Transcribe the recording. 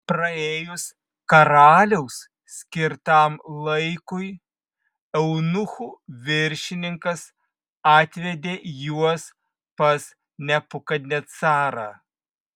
praėjus karaliaus skirtam laikui eunuchų viršininkas atvedė juos pas nebukadnecarą